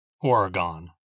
Oregon